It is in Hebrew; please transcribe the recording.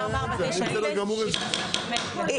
זה מה שאני אומר.